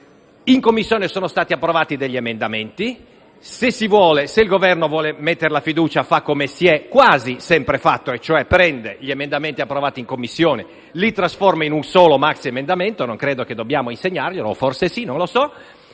In Commissione sono stati approvati degli emendamenti. Se il Governo vuole porre la fiducia, faccia come si è quasi sempre fatto: prenda cioè gli emendamenti approvati in Commissione e li trasformi in un solo maxiemendamento - non credo che dobbiamo insegnarglielo, o forse sì, non lo so